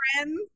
friends